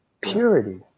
purity